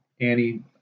Annie